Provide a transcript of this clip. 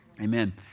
Amen